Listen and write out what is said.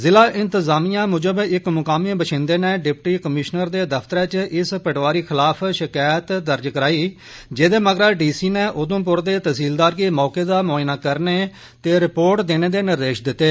ज़िला इंतज़ामिया म्जब इक म्कामी बशिन्दे नै डिप्टी कमीशनर दे दफ्तरै च इस पटवारी खिलाफ शकैत दर्ज कराई जेदे मगरा डी सी नै उधमप्र दे तहसीलदार गी मौके दा मुआयना करने ते रिपोर्ट देने दे निर्देश दिते